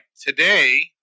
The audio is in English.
Today